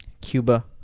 Cuba